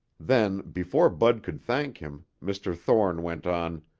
then, before bud could thank him, mr. thorne went on.